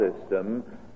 system